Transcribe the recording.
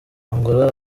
angola